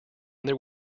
there